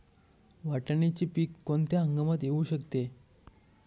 वाटाण्याचे पीक कोणत्या हंगामात येऊ शकते?